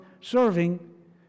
serving